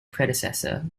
predecessor